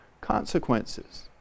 consequences